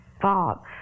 thought